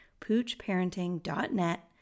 poochparenting.net